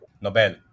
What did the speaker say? Nobel